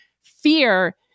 fear